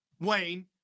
Wayne